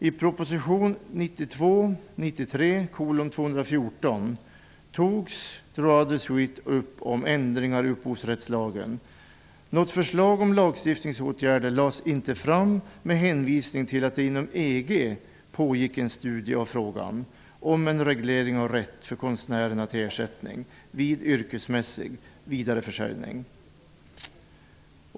I proposition 1992/93:214 togs ''droit de suite'' upp när det gällde ändringar i upphovsrättslagen. Något förslag om lagstiftningsåtgärder lades inte fram med hänvisning till att det inom EG pågick en studie av en reglering av rätt för konstnärerna till ersättning vid yrkesmässig vidareförsäljning.